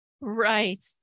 Right